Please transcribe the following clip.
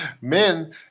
Men